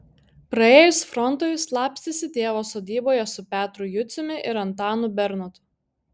praėjus frontui slapstėsi tėvo sodyboje su petru juciumi ir antanu bernotu